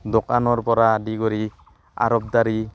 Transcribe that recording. দোকানৰ পৰা আদি কৰি আৰবদাৰী